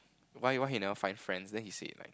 why why he never find friends then he said like